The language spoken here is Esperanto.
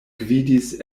gvidis